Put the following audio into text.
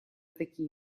такие